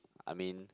I mean